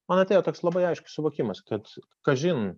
man atėjo toks labai aiškus suvokimas kad kažin